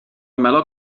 meló